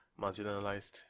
marginalized